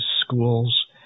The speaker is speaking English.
schools